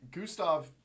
Gustav